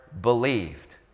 believed